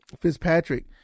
Fitzpatrick